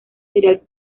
serial